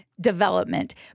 development